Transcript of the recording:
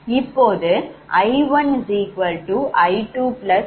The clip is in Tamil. இப்போது I1I2I3ILI3I49